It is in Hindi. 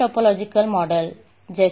ये टोपोलॉजिकल मॉडल जैसे Dime और Polyvert